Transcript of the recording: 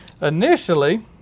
initially